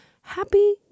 happy